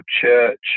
church